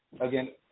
Again